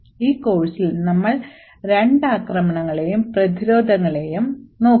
ഈ കോഴ്സിൽ നമ്മൾ രണ്ട് ആക്രമണങ്ങളെയും പ്രതിരോധങ്ങളെയും നോക്കും